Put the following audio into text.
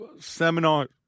seminar